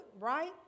right